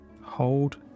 Hold